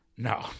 No